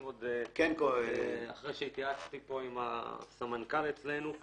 אחרי שהתייעצתי פה עם הסמנכ"ל אצלנו,